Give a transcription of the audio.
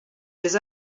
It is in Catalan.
vés